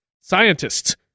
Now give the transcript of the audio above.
Scientists